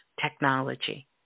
technology